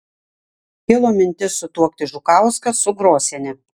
kilo mintis sutuokti žukauską su grosiene